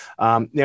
Now